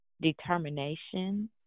determination